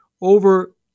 over